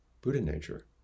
Buddha-nature